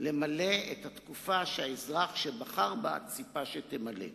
למלא את התקופה שהאזרח שבחר בה ציפה שתמלא.